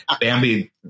Bambi